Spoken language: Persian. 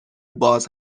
باز